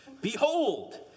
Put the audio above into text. Behold